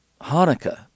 Hanukkah